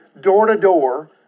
door-to-door